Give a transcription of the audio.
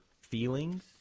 feelings